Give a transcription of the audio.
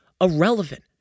irrelevant